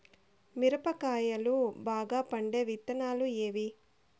మిరప కాయలు బాగా పండే విత్తనాలు ఏవి